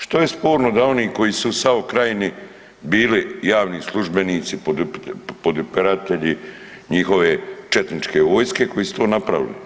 Što je sporno da oni koji su u SAO krajini bili javni službenici podupiratelji njihove četničke vojske koji su to napravili?